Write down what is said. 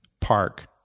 park